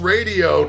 Radio